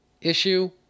issue